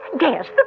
Yes